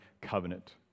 covenant